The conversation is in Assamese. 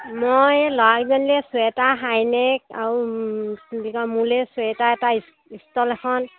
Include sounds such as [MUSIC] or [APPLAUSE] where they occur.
মই [UNINTELLIGIBLE] কেইজনী লৈ চুৱেটাৰ হাইনেক আৰু কি বুলি কয় মোলে চুৱেটাৰ এটা ইষ্টল এখন